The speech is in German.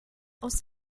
aus